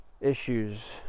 issues